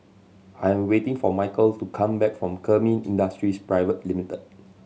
I am waiting for Michal to come back from Kemin Industries Private Limited